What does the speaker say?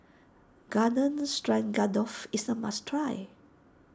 Garden Stroganoff is a must try